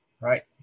Right